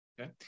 Okay